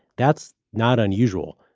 that's not unusual.